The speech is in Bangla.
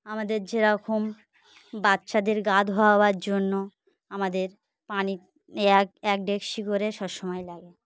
আমাদের যেরকম বাচ্চাদের গা ধোয়াবার জন্য আমাদের পানি এক এক ডেকচি করে সবসময় লাগে